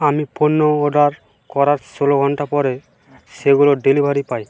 আমি পণ্য অর্ডার করার ষোলো ঘন্টা পরে সেগুলোর ডেলিভারি পাই